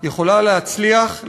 יכולה להצליח,